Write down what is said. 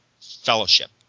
fellowship